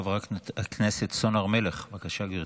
חברת הכנסת סון הר מלך, בבקשה, גברתי.